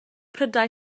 prydau